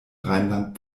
rheinland